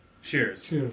Cheers